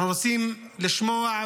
אנחנו רוצים לשמוע,